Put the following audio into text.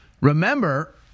remember